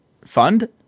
fund